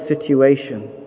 situation